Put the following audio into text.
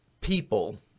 people